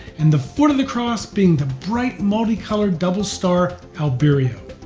and the foot of the cross being the bright multicolored double star, alberio.